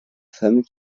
femme